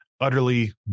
utterly